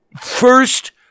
First